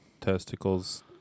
testicles